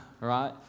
right